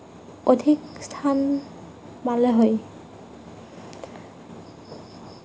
অধিক স্থান পালে হয়